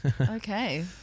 Okay